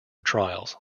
trials